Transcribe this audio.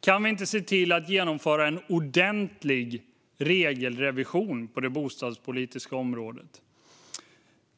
Kan vi inte se till att genomföra en ordentlig regelrevision på det bostadspolitiska området?